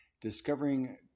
Discovering